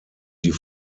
die